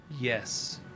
Yes